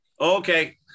okay